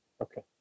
Okay